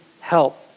help